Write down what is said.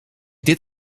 dit